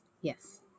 Yes